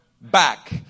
back